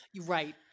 right